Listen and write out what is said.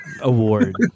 award